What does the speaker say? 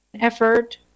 effort